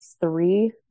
three